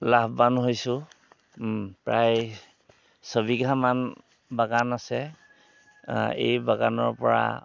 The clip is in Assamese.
লাভৱান হৈছোঁ প্ৰায় ছবিঘামান বাগান আছে এই বাগানৰ পৰা